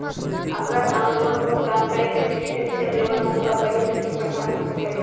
अगर हम लोन भुगतान करे के सिमित तिथि तक लोन न चुका पईली त की की परेशानी हो सकलई ह?